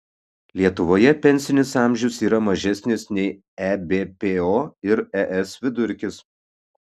lietuvoje pensinis amžius yra mažesnis nei ebpo ir es vidurkis